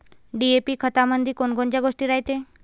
DAP खतामंदी कोनकोनच्या गोष्टी रायते?